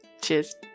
Cheers